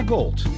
Gold